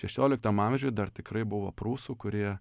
šešioliktam amžiuj dar tikrai buvo prūsų kurie